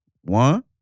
One